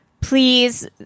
please